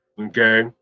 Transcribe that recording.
Okay